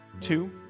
Two